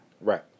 Right